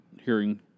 hearing